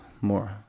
more